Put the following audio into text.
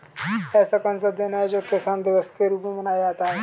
ऐसा कौन सा दिन है जो किसान दिवस के रूप में मनाया जाता है?